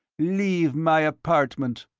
leave my apartment.